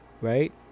right